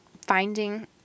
finding